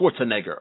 Schwarzenegger